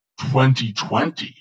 2020